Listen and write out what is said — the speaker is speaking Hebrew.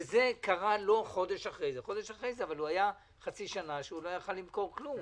וזה קרה לו חודש אחרי זה זה היה חצי שנה שלא היה יכול למכור כלום.